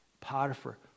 Potiphar